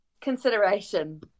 consideration